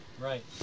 Right